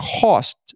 cost